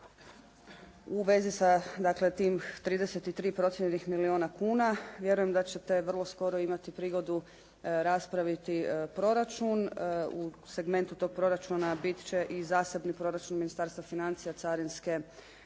u vezi sa dakle tim 33 procijenjenih milijuna kuna vjerujem da ćete vrlo skoro imati prigodu raspraviti proračun. U segmentu tog proračuna bit će i zasebni proračun Ministarstva financija carinske uprave.